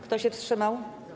Kto się wstrzymał?